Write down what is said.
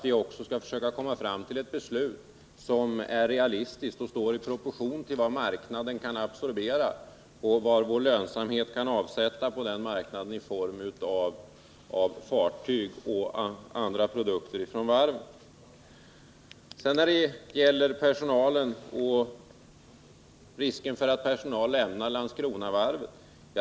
Vi måste söka komma fram till ett beslut som är realistiskt och står i proportion till vad marknaden kan absorbera och vad vi med lönsamhet kan avsätta på denna marknad i form av fartyg och andra produkter från varven. Det talas om risken för att personalen lämnar Landskronavarvet.